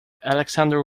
alexander